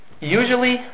usually